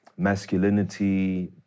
masculinity